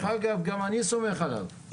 דרך אגב גם אני סומך עליו.